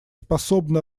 способно